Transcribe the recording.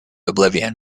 oblivion